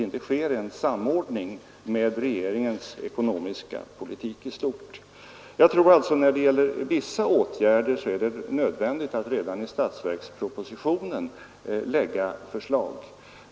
Vissa åtgärder tror jag alltså att det är nödvändigt att lägga fram redan i statsverkspropositionen.